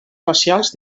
facials